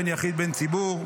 בין יחיד בין ציבור.